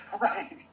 Right